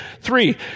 three